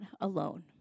alone